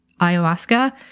ayahuasca